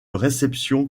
réception